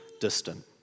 distant